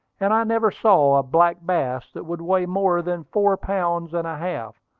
and i never saw a black bass that would weigh more than four pounds and a half,